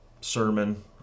sermon